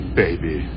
baby